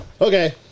okay